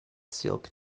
silk